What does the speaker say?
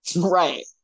right